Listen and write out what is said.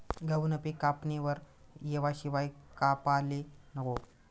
गहूनं पिक कापणीवर येवाशिवाय कापाले नको